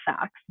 facts